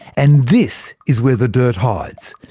and this is where the dirt hides.